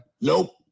nope